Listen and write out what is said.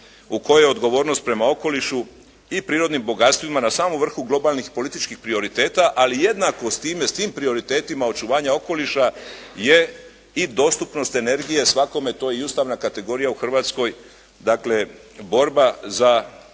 u kojoj odgovornost prema okolišu i prirodnim bogatstvima na samom vrhu globalnih političkih prioriteta, ali jednako s time s tim prioritetima očuvanja okoliša je i dostupnost energije svakom, to je i ustavna kategorija u Hrvatskoj, dakle borba za,